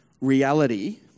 reality